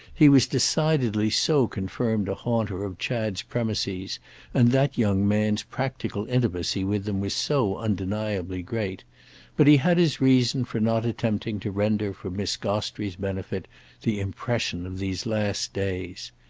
he was decidedly so confirmed a haunter of chad's premises and that young man's practical intimacy with them was so undeniably great but he had his reason for not attempting to render for miss gostrey's benefit the impression of these last days.